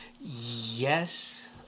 Yes